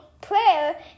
prayer